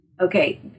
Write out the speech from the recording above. Okay